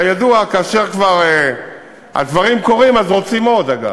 וכידוע, כאשר הדברים כבר קורים אז רוצים עוד, אגב.